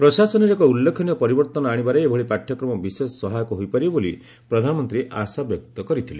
ପ୍ରଶାସନରେ ଏକ ଉଲ୍ଲେଖନୀୟ ପରିବର୍ତ୍ତନ ଆଶିବାରେ ଏଭଳି ପାଠ୍ୟକ୍ରମ ବିଶେଷ ସହାୟକ ହୋଇପାରିବ ବୋଲି ପ୍ରଧାନମନ୍ତୀ ଆଶଶବ୍ୟକ୍ତ କରିଥିଲେ